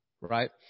right